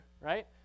right